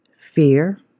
fear